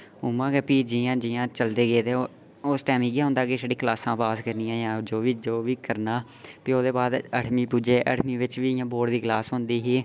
उ'आं गै फ्ही जि'यां जि'यां चलदे गे उस टैम इ'यै होंदा कि क्लासां पास करनियां जां जो बी करना फ्ही औदे बा'द अठमीं पुज्जे अठमीं बिच्च बी बोर्ड दी क्लास होंदी ही